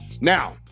Now